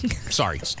Sorry